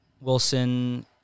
Wilson